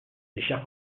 chers